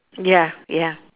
ya ya